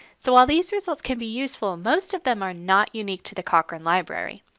so while these results can be useful, most of them are not unique to the cochrane library.